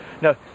no